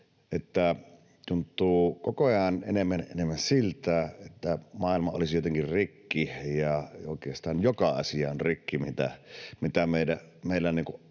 tuntuu koko ajan enemmän ja enemmän siltä, että maailma olisi jotenkin rikki ja että oikeastaan joka asia on rikki, mitä meillä